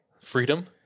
Freedom